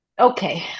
Okay